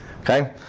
Okay